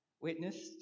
witnessed